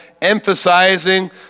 emphasizing